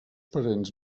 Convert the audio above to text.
parents